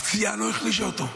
הפציעה לא החלישה אותו,